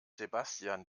sebastian